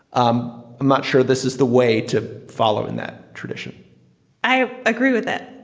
um i'm not sure this is the way to follow in that tradition i agree with it.